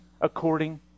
according